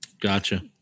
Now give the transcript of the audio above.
Gotcha